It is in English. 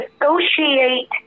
associate